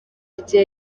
rye